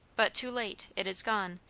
but, too late, it is gone,